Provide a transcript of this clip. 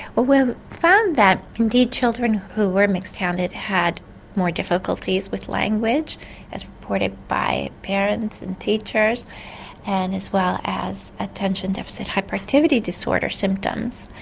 ah found that indeed children who were mixed-handed had more difficulties with language as reported by parents and teachers and as well as attention deficit hyperactivity disorder symptoms.